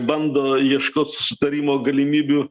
bando ieškot sutarimo galimybių